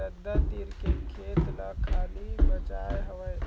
रद्दा तीर के खेत ल खाली बचाय हवय